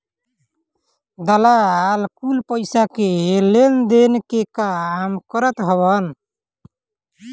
दलाल कुल पईसा के लेनदेन के काम करत हवन